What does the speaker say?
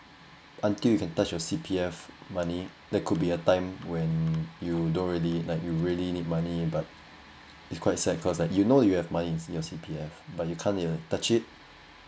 until you can touch your C_P_F money there could be a time when you do really like you really need money but it's quite sad cause like you know you have money in your C_P_F but you can't touch it